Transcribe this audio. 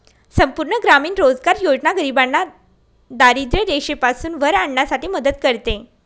संपूर्ण ग्रामीण रोजगार योजना गरिबांना दारिद्ररेषेपासून वर आणण्यासाठी मदत करते